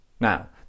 Now